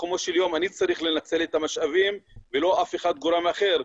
בסיכומו של יום אני צריך לנצל את המשאבים ולא אף גורם אחר,